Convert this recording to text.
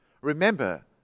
Remember